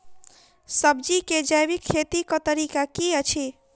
सब्जी केँ जैविक खेती कऽ तरीका की अछि?